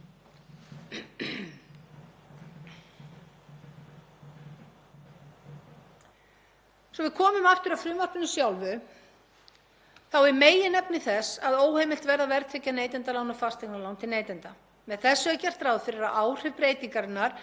þá er meginefni þess að óheimilt verði að verðtryggja neytendalán og fasteignalán til neytenda. Með því er gert ráð fyrir að áhrif breytingarinnar muni ná til allra lána sem framvegis yrðu veitt samkvæmt lögum um neytendalán, nr. 33/2013, eða lögum um fasteignalán til neytenda, nr. 118/2016.